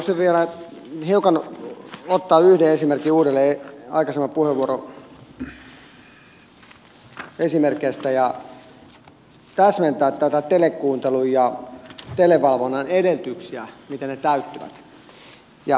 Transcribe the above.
haluaisin vielä ottaa yhden esimerkin uudelleen aikaisempien puheenvuorojen esimerkeistä ja täsmentää telekuuntelun ja televalvonnan edellytyksiä sitä miten ne täyttyvät